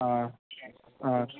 ఆ ఆ